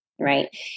right